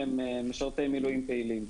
שהם משרתי מילואים פעילים.